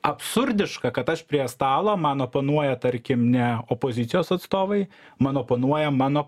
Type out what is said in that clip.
absurdiška kad aš prie stalo man oponuoja tarkim ne opozicijos atstovai man oponuoja mano